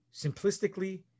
simplistically